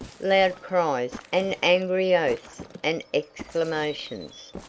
loud cries, and angry oaths and exclamations.